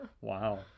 Wow